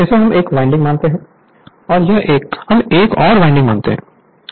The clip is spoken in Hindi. इसे हम 1 वाइंडिंग मानते हैं और यह एक हम एक और वाइंडिंग मानते हैं